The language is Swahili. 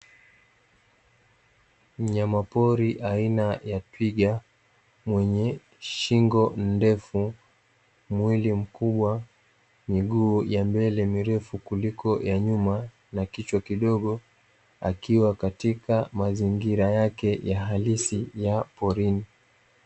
Mnyamapori aina ya twiga mwenye shingo ndefu, mwili mkubwa, miguu ya mbele mirefu kuliko ya nyuma, na kichwa kidogo; akiwa katika mazingira yake halisi ya porini.